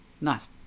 Nice